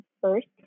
first